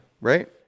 Right